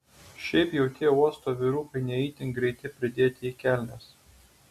šiaip jau tie uosto vyrukai ne itin greiti pridėti į kelnes